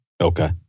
Okay